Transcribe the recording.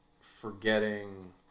forgetting